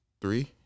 three